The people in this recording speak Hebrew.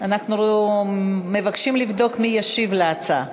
אנחנו מבקשים לבדוק מי ישיב להצעה.